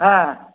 ஆ